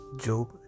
Job